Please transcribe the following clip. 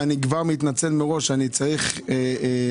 ואני כבר מתנצל מראש שאני צריך לצאת.